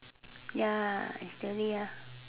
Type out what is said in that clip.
ya is really ah